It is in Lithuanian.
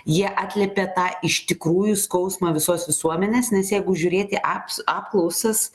jie atliepia tą iš tikrųjų skausmą visos visuomenės nes jeigu žiūrėti aps apklausas